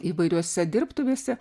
įvairiose dirbtuvėse